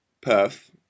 perth